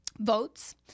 votes